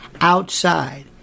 outside